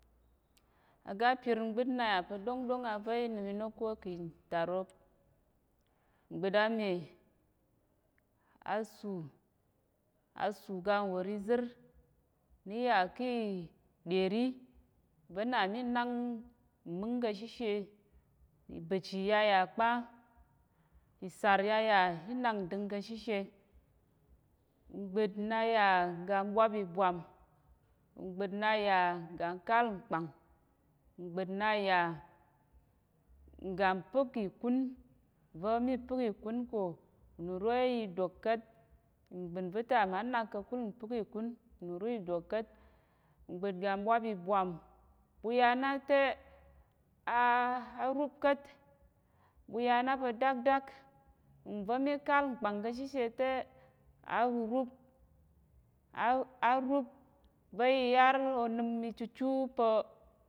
Aga pir ngbíd naya pa̱ ɗongɗong avə inim inok ko ki tarok ngbìd ame asù asù-ga nwor izir niya ki ɗyeri va̱na minang mmíng kashishe ibəchi yaya kpa isar yaya minang nding kashishe mgbìd naya ga ɓwap ibwam mgbìd naya ga kal nkpang ngbìd naya nga pək ikun va̱ mi pək ikunko nro idok ka̱t ngbìd va̱ta manang kakul npək ikun nimro idok ka̱t ngbìd ga ɓwap ibwam buyana te a arupka̱t ɓuyana pa̱ dakdak nva̱ mikal nkpang kashishe te arurúp arup va̱ iyar onim ichuchu pa̱